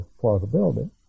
plausibility